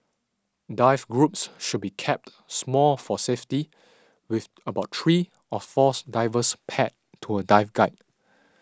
dive groups should be kept small for safety with about three or fours divers paired to a dive guide